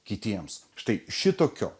kitiems štai šitokio